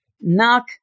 knock